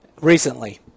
recently